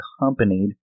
accompanied